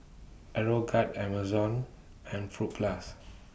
Aeroguard Amazon and Fruit Plus